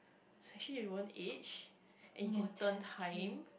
so actually you won't age and you can turn time